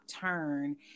turn